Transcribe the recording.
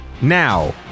Now